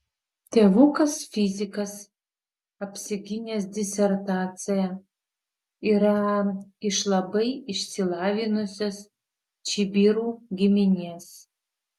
tėvukas fizikas apsigynęs disertaciją yra iš labai išsilavinusios čibirų giminės